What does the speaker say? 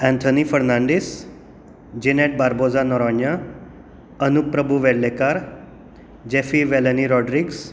Anthony Fernandes Jeanette Barboza Noronha Anup Prabhu Verlekar Jeffy Valany Rodrigues